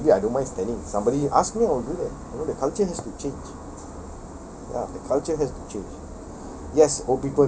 you know I'm I'm bored I maybe I don't mind standing somebody asked me I'll do it you know the culture has to change ya the culture has to change